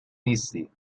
نیستی